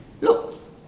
look